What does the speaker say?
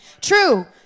True